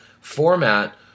format